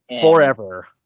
Forever